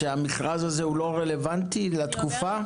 המכרז הזה לא רלוונטי לתקופה?